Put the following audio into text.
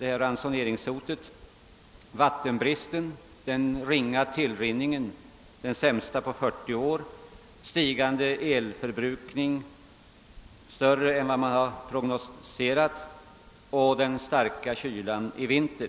ransoneringshotet: vattenbristen, den ringa tillrinningen — den sämsta på 40 år —, den stigande elförbrukningen — större än vad man har prognostiserat — och den starka kylan i vinter.